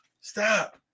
stop